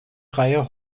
reihe